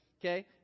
okay